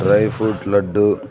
dry fruit laddu